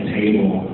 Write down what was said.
table